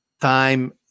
time